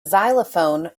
xylophone